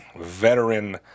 veteran